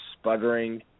sputtering